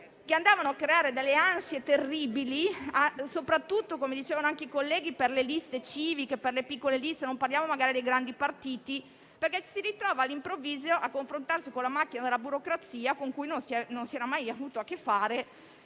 che creavano ansie terribili, soprattutto, come dicevano anche i colleghi, per le liste civiche o per quelle piccole (magari non parliamo dei grandi partiti), perché ci si ritrovava all'improvviso a confrontarsi con la macchina della burocrazia, con cui non si aveva mai avuto a che fare